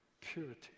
purity